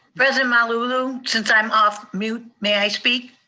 president malauulu? since i'm off mute, may i speak?